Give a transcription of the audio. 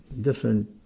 different